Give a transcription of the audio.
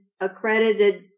accredited